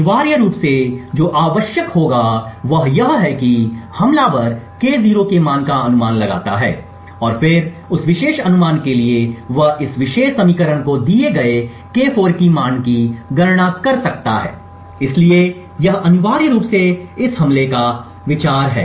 अनिवार्य रूप से जो आवश्यक होगा वह यह है कि हमलावर K0 के मान का अनुमान लगाता है और फिर उस विशेष अनुमान के लिए वह इस विशेष समीकरण को दिए गए K4 के मान की गणना कर सकता है इसलिए यह अनिवार्य रूप से इस हमले का विचार है